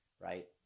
right